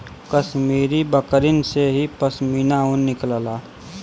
कश्मीरी बकरिन से ही पश्मीना ऊन निकलला